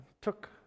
took